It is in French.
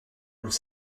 vous